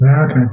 Okay